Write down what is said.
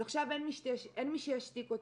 אז עכשיו אין מי שישתיק אותי,